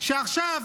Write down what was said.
שעכשיו